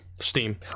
Steam